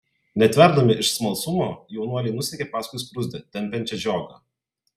netverdami iš smalsumo jaunuoliai nusekė paskui skruzdę tempiančią žiogą